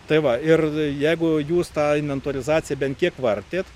tai va ir jeigu jūs tą inventorizaciją bent tiek vartėt